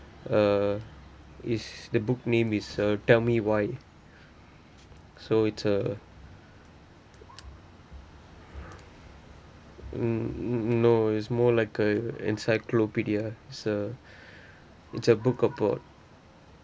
uh is the book name is uh tell me why so it's a no is more like a encyclopedia it's a it's a book about